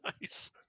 nice